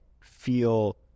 feel